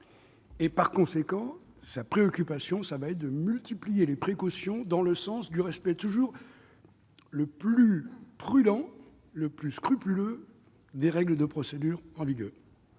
de la sécurité. Sa préoccupation va donc être de multiplier les précautions dans le sens du respect toujours le plus prudent, le plus scrupuleux, des règles de procédure en vigueur.